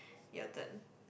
your turn